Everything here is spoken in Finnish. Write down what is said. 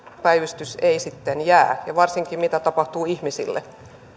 päivystys ei sitten jää ja mitä tapahtuu varsinkin ihmisille